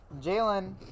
Jalen